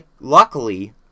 Luckily